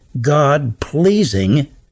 God-pleasing